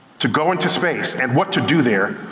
to go into space, and what to do there,